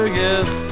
yes